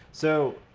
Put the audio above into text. so